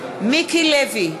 מיקי לוי,